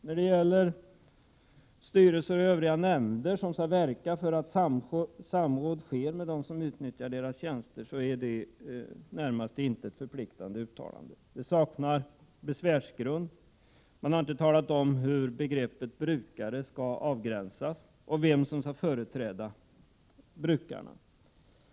När det gäller styrelser och övriga nämnder som skall verka för att samråd sker med dem som utnyttjar deras tjänster, handlar det närmast om till intet förpliktande uttalanden. Besvärsgrund saknas. Man har inte talat om hur begreppet ”brukare” skall avgränsas och vem som skall företräda brukarna.